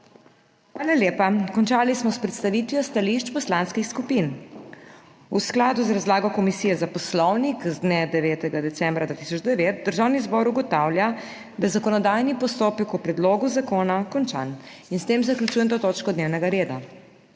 Hvala lepa. Končali smo s predstavitvijo stališč poslanskih skupin. V skladu z razlago Komisije za poslovnik z dne 9. decembra 2009 Državni zbor ugotavlja, da je zakonodajni postopek o predlogu zakona končan. S tem zaključujem to točko dnevnega reda.